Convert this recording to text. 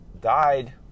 died